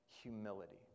humility